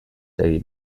egin